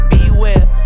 Beware